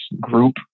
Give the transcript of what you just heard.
group